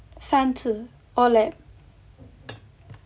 三次 all lab